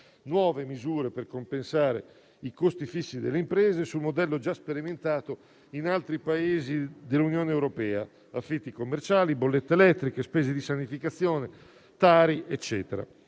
nuove misure per compensare i costi fissi delle imprese, sul modello già sperimentato in altri Paesi dell'Unione europea, per affitti commerciali, bollette elettriche, spese di sanificazione e Tari, insieme ad